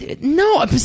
No